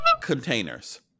containers